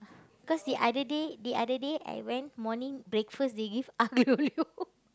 cause the other day the other day I went morning breakfast they give aglio olio